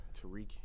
Tariq